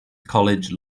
college